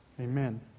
Amen